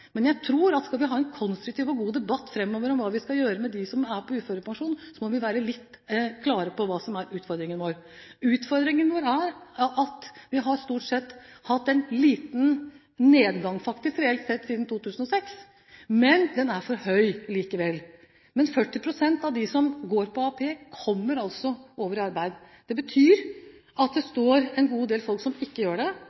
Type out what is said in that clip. Men jeg tror at skal vi ha en konstruktiv og god debatt framover om hva vi skal gjøre med dem som er på uførepensjon, må vi være klare på hva som er utfordringen vår. Utfordringen vår er at vi stort sett faktisk har hatt en liten nedgang – reelt sett – siden 2006, men den er for høy likevel. Men 40 pst. av de som går på AAP, kommer altså over i arbeid. Det betyr at det